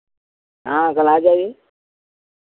हाँ कल आ जाइए